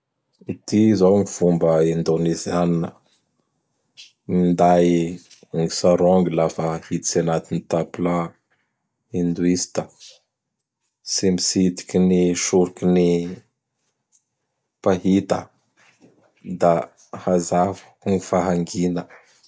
Ty zao gny fomba Indonezianina: minday gny ''tsarôngy" lafa hiditsy anaty tapla hindoista. Tsy mitsitiky gn ny soroky ny pahita; da hajà gny fahangina